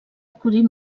acudir